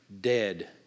dead